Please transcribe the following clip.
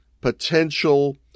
potential